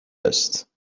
است